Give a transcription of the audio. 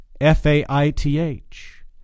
f-a-i-t-h